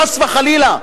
חס וחלילה,